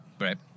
Right